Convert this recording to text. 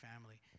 family